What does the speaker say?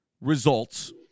results